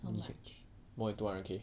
how much